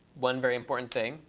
one very important thing,